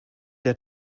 der